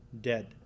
dead